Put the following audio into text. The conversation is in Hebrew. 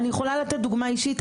אני יכולה לתת דוגמא אישית,